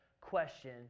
question